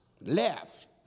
left